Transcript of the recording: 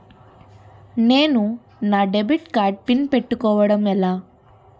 నేను నా debit card PIN పెట్టుకోవడం ఎలా?